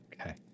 Okay